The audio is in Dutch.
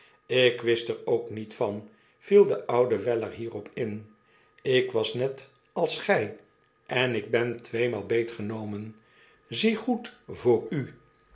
lk wist er ook niet van viel de oude weller hierop in ik was net als gij en ik ben tweemaal beet genomen zie goed voor u